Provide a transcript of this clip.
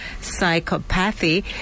psychopathy